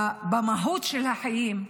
במהות של החיים.